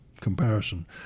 comparison